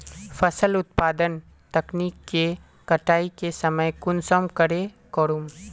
फसल उत्पादन तकनीक के कटाई के समय कुंसम करे करूम?